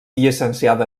llicenciada